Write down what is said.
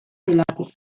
delako